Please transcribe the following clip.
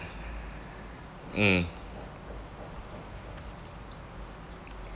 mm